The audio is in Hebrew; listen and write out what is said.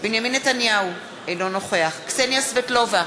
בנימין נתניהו, אינו נוכח קסניה סבטלובה,